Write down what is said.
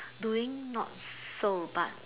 doing not so but